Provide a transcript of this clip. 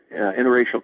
interracial